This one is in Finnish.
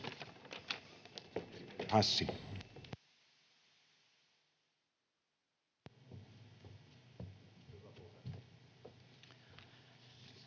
Hassi.